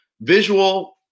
visual